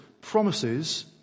promises